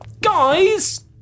Guys